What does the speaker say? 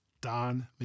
Don